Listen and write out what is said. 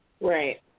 Right